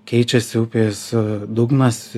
keičiasi upės dugnas